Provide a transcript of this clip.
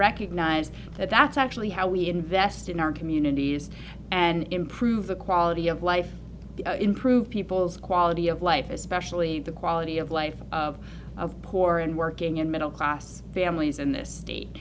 recognize that that's actually how we invest in our communities and improve the quality of life improve people's quality of life especially the quality of life of of poor and working and middle class families in this